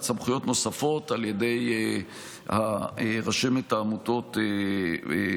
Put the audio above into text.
סמכויות נוספות על ידי רשמת העמותות וההקדשות,